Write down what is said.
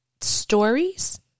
stories